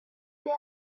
they